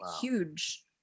huge